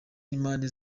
n’impande